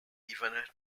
even